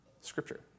Scripture